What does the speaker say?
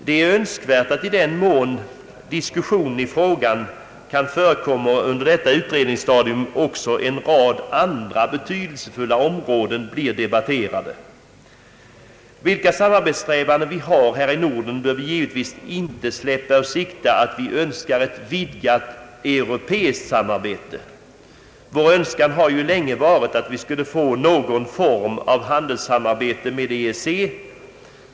Det är önskvärt att i den mån diskussioner i frågan kan förekomma under detta utredningsstadium också en rad andra betydelsefulia områden blir debatterade. Vilka våra samarbetssträvanden än är här i Norden bör vi givetvis inte släppa ur sikte att vi önskar ett vidgat europeiskt samarbete. Vår önskan har länge varit att få någon form av handelssamarbete med EEC.